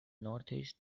northeast